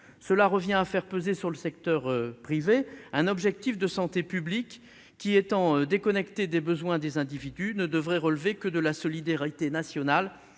Cela revient à faire peser sur le secteur privé un objectif de santé publique qui, étant déconnecté des besoins des individus, ne devrait relever que de la solidarité nationale,